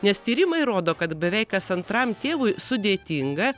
nes tyrimai rodo kad beveik kas antram tėvui sudėtinga